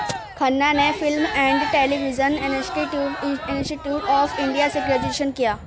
کھنہ نے film and television and institute institute of India سے graduation کیا